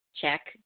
check